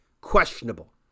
questionable